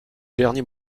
dernier